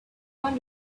was